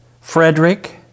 Frederick